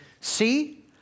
See